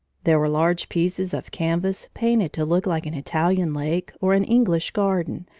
there were large pieces of canvas painted to look like an italian lake, or an english garden,